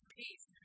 peace